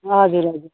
हजुर हजुर